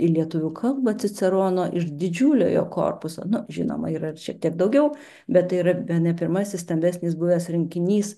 į lietuvių kalbą cicerono iš didžiulio jo korpuso na žinoma yra ir šiek tiek daugiau bet tai yra bene pirmasis stambesnis buvęs rinkinys